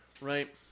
right